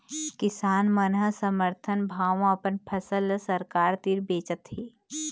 किसान मन ह समरथन भाव म अपन फसल ल सरकार तीर बेचत हे